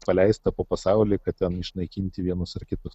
paleista po pasaulį kad ten išnaikinti vienus ar kitus